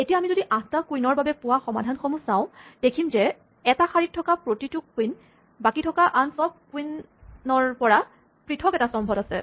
এতিয়া আমি যদি ৮টা কুইনৰ বাবে পোৱা সমাধানসমূহ চাওঁ দেখিম যে এটা শাৰীত থকা প্ৰতিটো কুইন বাকী থকা আন চব কুইনসমূহৰ পৰা পৃথক এটা স্তম্ভত আছে